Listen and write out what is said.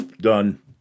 done